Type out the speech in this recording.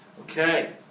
Okay